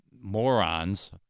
morons